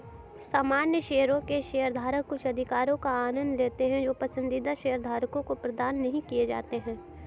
सामान्य शेयरों के शेयरधारक कुछ अधिकारों का आनंद लेते हैं जो पसंदीदा शेयरधारकों को प्रदान नहीं किए जाते हैं